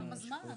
כמה זמן?